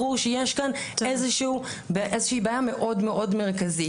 ברור שיש כאן איזושהי בעיה מאוד מאוד מרכזית.